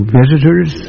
visitors